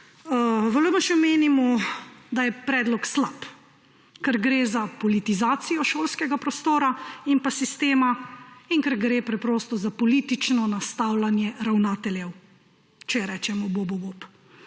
V LMŠ menimo, da je predlog slab, ker gre za politizacijo šolskega prostora in sistema in ker gre preprosto za politično nastavljanje ravnateljev, če rečemo bobu bob.